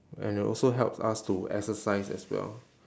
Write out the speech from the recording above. and it also helps us to exercise as well